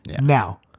Now